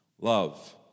Love